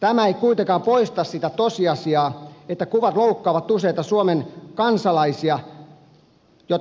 tämä ei kuitenkaan poista sitä tosiasiaa että kuvat loukkaavat useita suomen kansalaisia